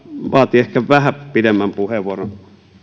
vaatii ehkä vähän pidemmän puheenvuoron